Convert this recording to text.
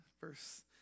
Verse